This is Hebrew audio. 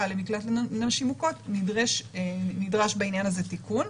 למקלט לנשים מוכות נדרש בעניין הזה תיקון.